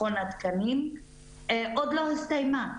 מכון התקנים, עוד לא הסתיימה.